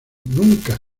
nunca